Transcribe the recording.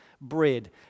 bread